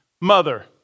mother